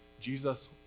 Jesus